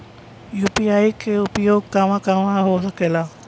UPI के उपयोग कहवा कहवा हो सकेला?